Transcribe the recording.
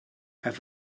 have